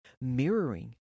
mirroring